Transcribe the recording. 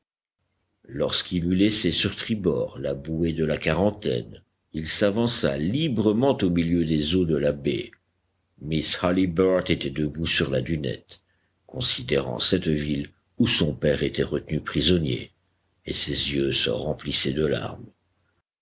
lorsqu'il eut laissé sur tribord la bouée de la quarantaine il s'avança librement au milieu des eaux de la baie miss halliburtt était debout sur la dunette considérant cette ville où son père était retenu prisonnier et ses yeux se remplissaient de larmes